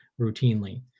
routinely